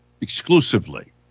exclusively